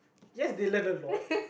yes they learn a lot